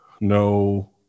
no